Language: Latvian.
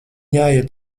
jāiet